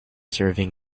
serving